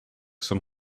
some